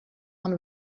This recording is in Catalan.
amb